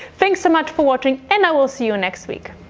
thanks so much for watching and i will see you next week.